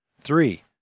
Three